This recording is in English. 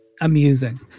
amusing